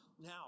Now